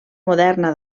moderna